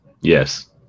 Yes